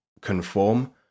conform